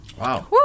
Wow